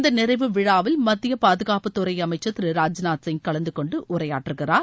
இந்த நிறைவு விழாவில் மத்திய பாதுகாப்புத்துறை அமைச்சர் திரு ராஜ் நாத் சிங் கலந்து கொண்டு உரையாற்றுகிறார்